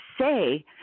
say